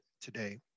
today